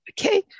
Okay